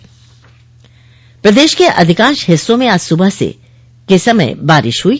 मौसम प्रदेश के अधिकांश हिस्सों में आज सुबह के समय बारिश हुई